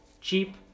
cheap